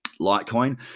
Litecoin